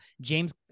James